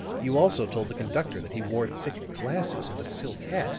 you also told the conductor that he wore thick glasses and a silk hat